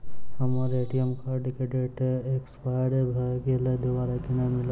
हम्मर ATM card केँ date expire भऽ गेल दोबारा कोना मिलत?